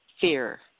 fear